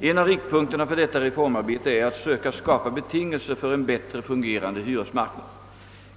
En av riktpunkterna för detta reformarbete är att söka skapa betingelser för en bättre fungerande hyresmarknad.